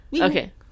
Okay